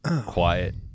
quiet